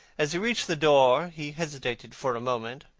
as he reached the door, he hesitated for a moment,